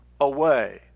away